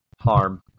harm